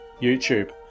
YouTube